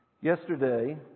Yesterday